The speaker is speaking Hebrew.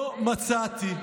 לא מצאתי.